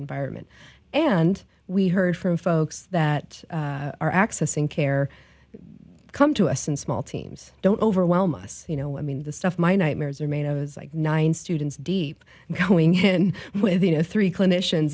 environment and we heard from folks that are accessing care come to us in small teams don't overwhelm us you know i mean the stuff my nightmares are made i was like nine students deep going in with you know three clinicians